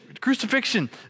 crucifixion